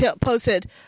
posted